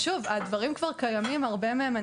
הדברים קיימים כבר, רבים מהם.